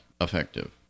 effective